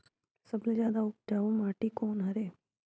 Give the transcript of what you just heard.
सबले जादा उपजाऊ माटी कोन हरे?